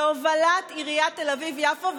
בהובלת עיריית תל אביב יפו,